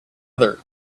other